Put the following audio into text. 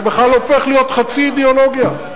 זה בכלל הופך להיות חצי אידיאולוגיה.